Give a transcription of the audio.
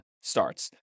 starts